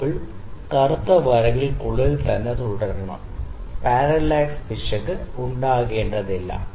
bubble ഈ കറുത്ത വരകൾക്കുള്ളിൽ തന്നെ തുടരണം പാരലാക്സ് പിശക് ഉണ്ടാകേണ്ടതില്ല